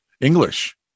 English